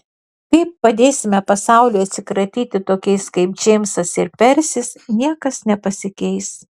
kai padėsime pasauliui atsikratyti tokiais kaip džeimsas ir persis niekas nepasikeis